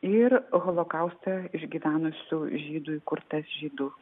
ir holokaustą išgyvenusių žydų įkurtas žydų